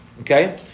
Okay